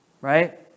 right